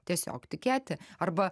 tiesiog tikėti arba